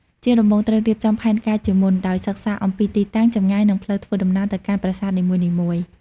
ជាដំបូងត្រូវរៀបចំផែនការជាមុន ដោយសិក្សាអំពីទីតាំង ចម្ងាយ និងផ្លូវធ្វើដំណើរទៅកាន់ប្រាសាទនីមួយៗ។